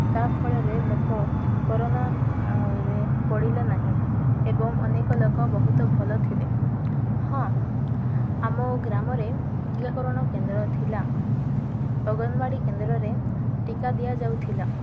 ତା'ଫଳରେ ଲୋକ କରୋନା ରେ ପଡ଼ିଲେ ନାହିଁ ଏବଂ ଅନେକ ଲୋକ ବହୁତ ଭଲ ଥିଲେ ହଁ ଆମ ଗ୍ରାମରେ ଟୀକାକରଣ କେନ୍ଦ୍ର ଥିଲା ଅଙ୍ଗନବାଡ଼ି କେନ୍ଦ୍ରରେ ଟୀକା ଦିଆଯାଉଥିଲା